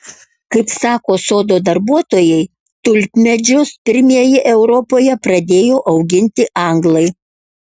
kaip sako sodo darbuotojai tulpmedžius pirmieji europoje pradėjo auginti anglai